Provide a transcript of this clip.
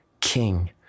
King